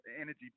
energy